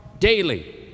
Daily